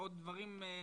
אתה רוצה להגיד משהו?